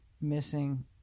missing